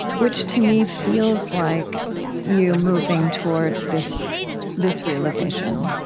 which to me feels like you moving towards this this realization